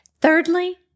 Thirdly